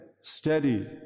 Steady